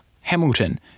Hamilton